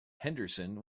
henderson